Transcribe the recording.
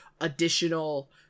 additional